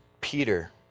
Peter